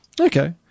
Okay